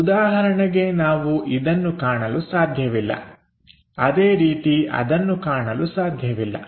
ಉದಾಹರಣೆಗೆ ನಾವು ಇದನ್ನು ಕಾಣಲು ಸಾಧ್ಯವಿಲ್ಲ ಅದೇ ರೀತಿ ಅದನ್ನು ಕಾಣಲು ಸಾಧ್ಯವಿಲ್ಲ